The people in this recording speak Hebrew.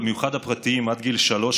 במיוחד הפרטיים עד גיל שלוש,